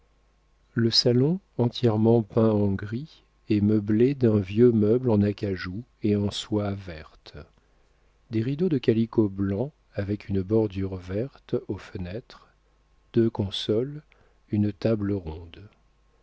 le salon entièrement peint en gris est meublé d'un vieux meuble en acajou et en soie verte des rideaux de calicot blanc avec une bordure verte aux fenêtres deux consoles une table ronde